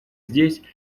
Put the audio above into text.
здесь